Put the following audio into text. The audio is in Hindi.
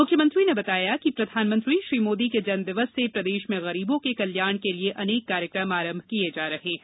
मुख्यमंत्री ने बताया कि प्रधानमंत्री श्री मोदी के जन्मदिवस से प्रदेश में गरीबों के कल्याण के लिये अनेक कार्यक्रम आरंभ किये जा रहे हैं